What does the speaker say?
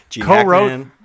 co-wrote